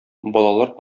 балалар